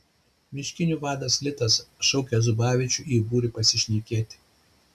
miškinių vadas litas šaukia zubavičių į būrį pasišnekėti